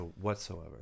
Whatsoever